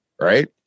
right